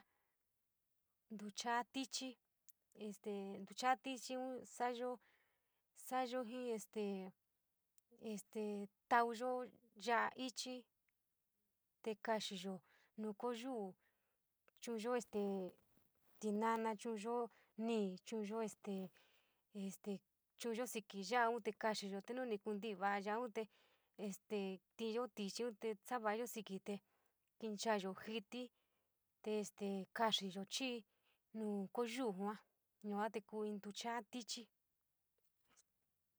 Ntuchaa tichii este ntucha tichi sa’ayo, sa’ayo jii este este tauyo ya’a ichi te kaxiyo nuu ko’o yuu chu’uyo este tinana, chu’uyo ñii este, este chu’unyo xiiki yo’aun te ka xii, te nu ni kunti’i va’a ya’au te este este tinyoo tichiun sava’ayo siki te kenchayo jiti te este kaxii’yo chii nu koyuu yua, yua te kuu inn ntucha’a tichi.